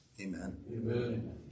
Amen